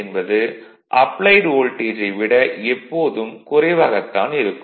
என்பது அப்ளைட் வோல்டேஜை விட எப்போதும் குறைவாகத்தான் இருக்கும்